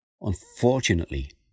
Unfortunately